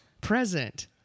present